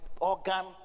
organ